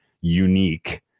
unique